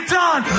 done